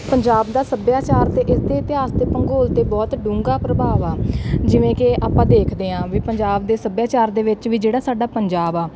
ਪੰਜਾਬ ਦਾ ਸੱਭਿਆਚਾਰ ਅਤੇ ਇਸਦੇ ਇਤਿਹਾਸ ਅਤੇ ਭੂੰਗੋਲ 'ਤੇ ਬਹੁਤ ਡੂੰਘਾ ਪ੍ਰਭਾਵ ਆ ਜਿਵੇਂ ਕਿ ਆਪਾਂ ਦੇਖਦੇ ਹਾਂ ਵੀ ਪੰਜਾਬ ਦੇ ਸੱਭਿਆਚਾਰ ਦੇ ਵਿੱਚ ਵੀ ਜਿਹੜਾ ਸਾਡਾ ਪੰਜਾਬ ਆ